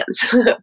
hands